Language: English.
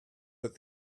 that